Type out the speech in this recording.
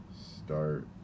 start